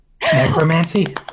Necromancy